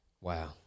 Wow